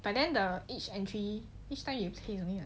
but then the each entry each time you only have